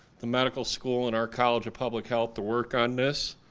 the medical school and our college of public health to work on this.